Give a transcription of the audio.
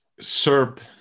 served